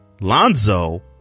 Lonzo